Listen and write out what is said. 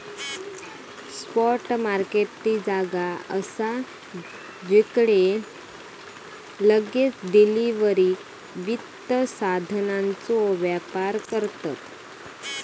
spot market ती जागा असा जिकडे लगेच डिलीवरीक वित्त साधनांचो व्यापार करतत